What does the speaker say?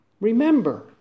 Remember